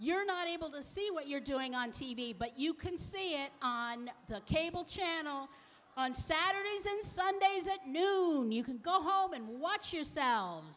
you're not able to see what you're doing on t v but you can see it on the cable channel on saturdays and sundays at noon you can go home and watch yoursel